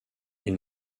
ils